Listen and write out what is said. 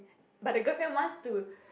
but the girlfriend wants to